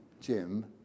Jim